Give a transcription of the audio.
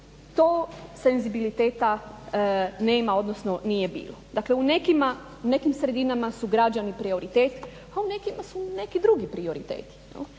tog senzibiliteta nema odnosno nije bilo. Dakle u nekim sredinama su građani prioritet, a u nekim drugima su neki drugi prioriteti